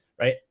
Right